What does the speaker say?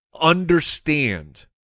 understand